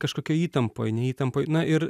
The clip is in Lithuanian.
kažkokioj įtampoj ne įtampoj na ir